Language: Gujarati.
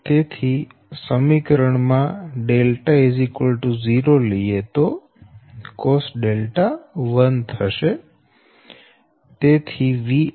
તેથી સમીકરણ 34 માં δ0 લઈએ તો cosδ 1 થશે